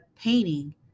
painting